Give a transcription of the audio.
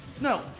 no